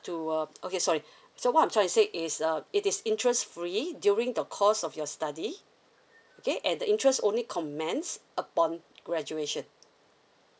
to uh okay sorry so what I'm trying to say is uh it is interest free during the course of your study okay and the interest only commends upon graduation